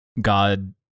God